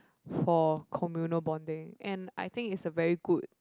for communal bonding and I think it's a very good